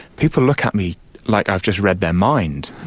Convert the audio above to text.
people look at me like i have just read their mind.